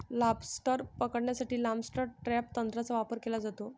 lobster पकडण्यासाठी lobster trap तंत्राचा वापर केला जातो